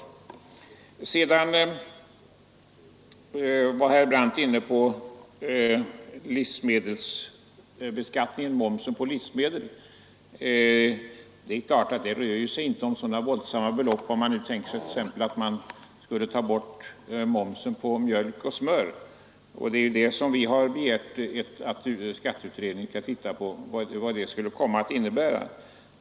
Herr Brandt berörde momsen på livsmedlen. Det är klart att det inte rör sig om så våldsamma belopp, om man skulle ta bort momsen på mjölk och smör; vi har begärt att skatteutredningen skall se över vad det skulle komma att innebära.